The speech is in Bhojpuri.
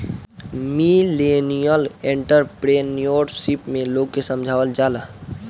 मिलेनियल एंटरप्रेन्योरशिप में लोग के समझावल जाला